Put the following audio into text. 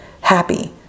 happy